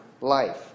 life